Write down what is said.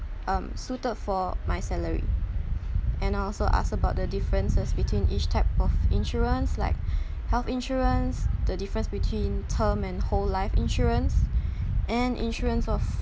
um suited for my salary and I'll also ask about the differences between each type of insurance like health insurance the difference between term and whole life insurance and insurance of